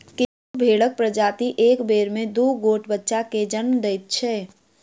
किछु भेंड़क प्रजाति एक बेर मे दू गोट बच्चा के जन्म दैत छै